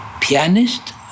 pianist